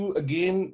again